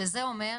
שזה אומר?